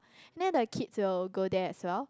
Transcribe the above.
then the kids will go there as well